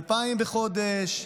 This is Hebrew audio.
2,000 בחודש,